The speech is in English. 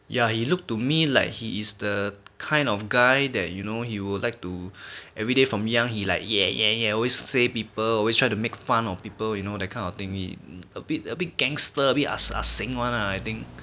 ya he looked to me like he is the kind of guy that you know he would like to everyday from young he like yeah yeah yeah always say people always try to make fun of people you know that kind of thing he a bit a bit gangster a bit ah seng [one] ah